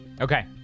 Okay